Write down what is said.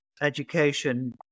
education